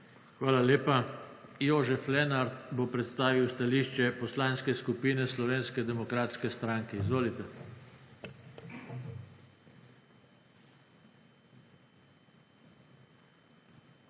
Hvala lepa. Franci Kepa bo predstavil stališče Poslanske skupine Slovenske demokratske stranke. Izvolite. FRANCI